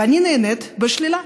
ואני נענית בשלילה.